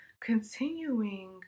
continuing